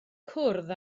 cwrdd